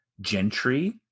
gentry